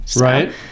Right